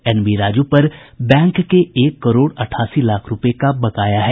N V Raju पर bank के एक करोड़ अठासी लाख रूपये का बकाया है